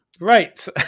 right